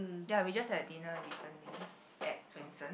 ya we just had dinner recently at Swensen's